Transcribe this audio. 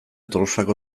tolosako